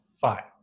Five